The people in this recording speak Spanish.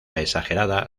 exagerada